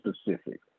specific